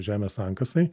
žemės sankasai